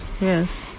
yes